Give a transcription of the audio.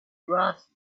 glasses